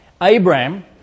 Abraham